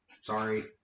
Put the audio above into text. Sorry